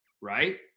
right